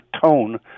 tone